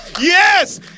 Yes